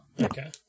Okay